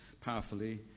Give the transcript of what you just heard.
powerfully